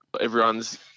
everyone's